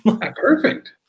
Perfect